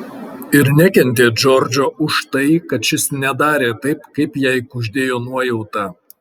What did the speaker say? ir nekentė džordžo už tai kad šis nedarė taip kaip jai kuždėjo nuojauta